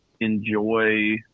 enjoy